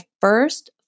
first